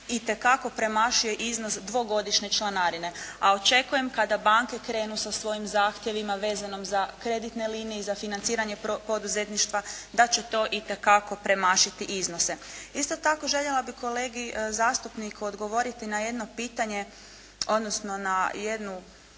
itekako premašuje iznos dvogodišnje članarine. A očekujem kada banke krenu sa svojim zahtjevima vezano za kreditne linije i za financiranje poduzetništva da će to itekako premašiti iznose. Isto tako željela bih kolegi zastupniku odgovoriti na jedno pitanje, odnosno na jednu,